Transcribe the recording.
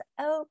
okay